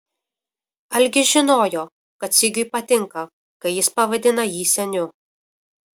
algis žinojo kad sigiui patinka kai jis pavadina jį seniu